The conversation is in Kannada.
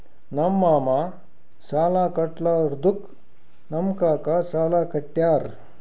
ನಮ್ ಮಾಮಾ ಸಾಲಾ ಕಟ್ಲಾರ್ದುಕ್ ನಮ್ ಕಾಕಾ ಸಾಲಾ ಕಟ್ಯಾರ್